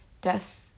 death